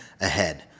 ahead